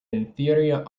inferior